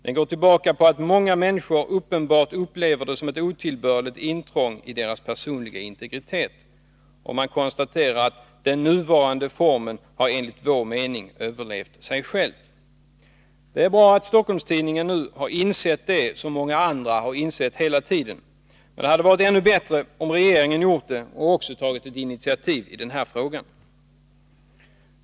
Den går tillbaka på att många människor uppenbart upplever det som ett otillbörligt intrång i deras personliga integritet ——-.” Man konstaterar vidare: ”Den nuvarande formen har enligt vår mening överlevt sig själv.” Det är bra att Stockholms-Tidningen nu har insett det som många har insett hela tiden. Men det hade varit ännu bättre om regeringen hade tagit initiativ i den här frågan.